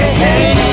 hey